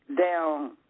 Down